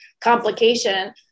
complication